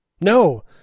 No